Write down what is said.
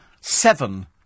Seven